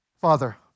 Father